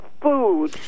food